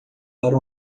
para